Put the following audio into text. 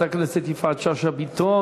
לחברת הכנסת יפעת שאשא ביטון.